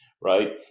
right